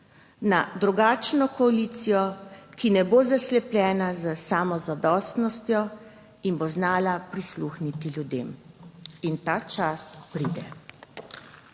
na drugačno koalicijo, ki ne bo zaslepljena s samozadostnostjo in bo znala prisluhniti ljudem. In ta čas pride.